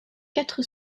quatre